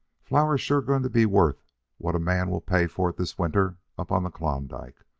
flour's sure going to be worth what a man will pay for it this winter up on the klondike.